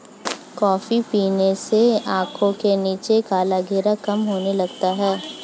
coffee पीने से आंखों के नीचे काले घेरे कम होने लगते हैं